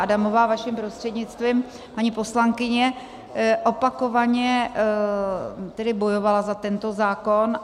Adamová, vaším prostřednictvím, paní poslankyně opakovaně tedy bojovala za tento zákon.